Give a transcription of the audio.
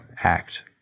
act